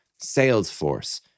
Salesforce